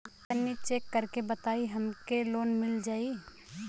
तनि चेक कर के बताई हम के लोन मिल जाई?